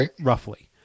roughly